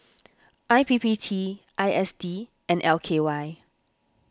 I P P T I S D and L K Y